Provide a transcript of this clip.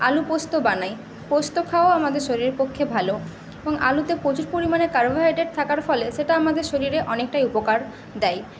আলু পোস্ত বানাই পোস্ত খাওয়াও আমাদের শরীরের পক্ষে ভালো এবং আলুতে প্রচুর পরিমাণে কার্বোহাইড্রেড থাকার ফলে সেটা আমাদের শরীরে অনেকটাই উপকার দেয়